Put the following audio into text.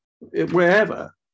wherever